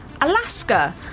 Alaska